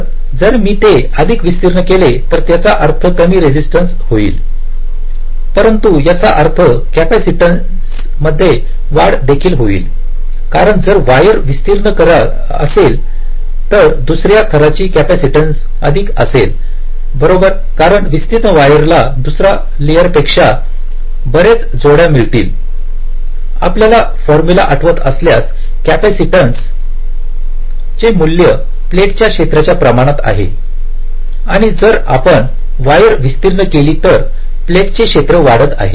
तर जर मी ते अधिक विस्तीर्ण केले तर याचा अर्थ कमी रेजिस्टन्स होईलपरंतु याचा अर्थ कॅपेसिटीन्स मध्ये वाढ देखील होईल कारण जर वायर विस्तीर्ण असेल तर दुसऱ्या थराचे कॅपेसिटीन्स अधिक असेल बरोबरकारण विस्तीर्ण वायरला दुसऱ्या लेअर पेक्षा बरेच जोड्या मिळतीलआपल्याला फॉर्म्युला आठवत असल्यास कॅपेसिटन्स चे मूल्य प्लेटच्या क्षेत्राच्या प्रमाणात आहे आणि जर आपण वायर विस्तीर्ण केले तर प्लेट चे क्षेत्र वाढत आहे